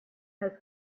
has